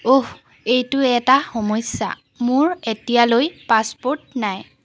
এইটো এটা সমস্যা মোৰ এতিয়ালৈ পাছপোৰ্ট নাই